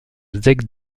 zec